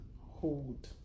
hold